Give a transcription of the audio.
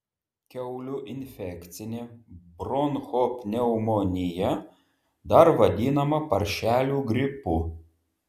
kiaulių infekcinė bronchopneumonija dar vadinama paršelių gripu